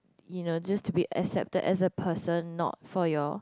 you know just to be accepted as a person not for your